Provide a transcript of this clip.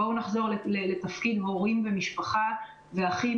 בואו נחזור לתפקיד הורים ומשפחה ואחים